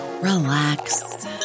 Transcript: relax